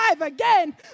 again